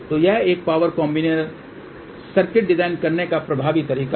तो यह एक पावर कॉम्बिनर सर्किट डिजाइन करने का प्रभावी तरीका है